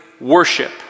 worship